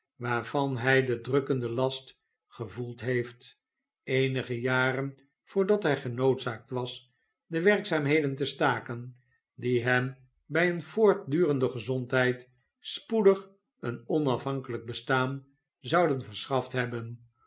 waarvan hij den drukkenden last gevoeld heeft eenige jaren voordat hij genoodzaakt was de werkzaamheden te staken die hem bij eene voortdurende gezondheid spoedig een onafhankelijk bestaan zouden verschaft hebben